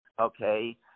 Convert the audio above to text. Okay